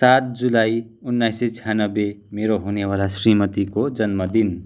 सात जुलाई उन्नाइस सय छ्यानब्बे मेरो हुनेवाला श्रीमतीको जन्मदिन